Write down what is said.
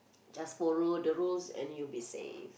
just follow the rules and you'll be safe